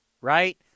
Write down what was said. Right